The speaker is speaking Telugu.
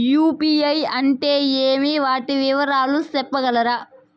యు.పి.ఐ అంటే ఏమి? వాటి వివరాలు సెప్పగలరా?